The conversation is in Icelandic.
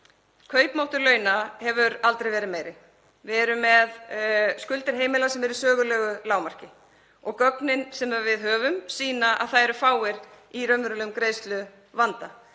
Kaupmáttur launa hefur aldrei verið meiri. Við erum með skuldir heimilanna sem eru í sögulegu lágmarki og gögnin sem við höfum sýna að það eru fáir í raunverulegum greiðsluvanda.